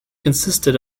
consisted